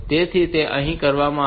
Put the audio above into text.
તેથી તે અહીં કરવામાં આવ્યું છે